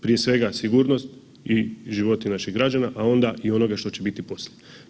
Prije svega sigurnost i životi naših građana, a onda i onoga što će biti poslije.